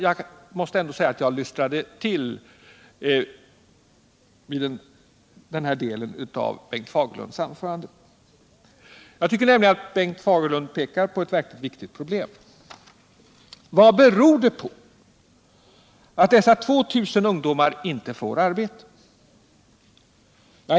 Jag måste ändå säga att jag lystrade till vid denna del av Bengt Fagerlunds anförande. Jag tycker nämligen att Bengt Fagerlund visar på ett verkligt viktigt problem. Vad beror det på att dessa 2 000 ungdomar inte får arbete?